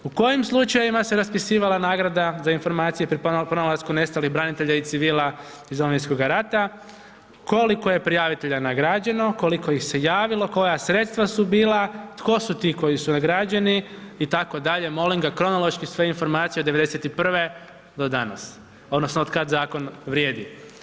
U kojem slučajevima se raspisivala nagrada za informacije o pronalasku nestalih branitelja i civila iz Domovinskog rata, koliko je prijavitelja nagrađeno, koliko ih se javilo, koja sredstva su bila, tko su ti koji su nagrađeni, itd., molim ga kronološki sve informacije od 91. do danas, odnosno od kad zakon vrijedi.